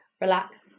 relax